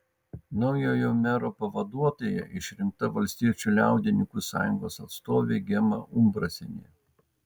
naujojo mero pavaduotoja išrinkta valstiečių liaudininkų sąjungos atstovė gema umbrasienė